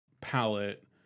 palette